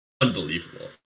unbelievable